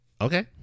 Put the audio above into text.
Okay